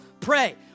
pray